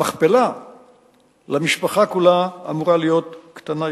המכפלה למשפחה כולה אמורה להיות קטנה יותר.